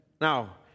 Now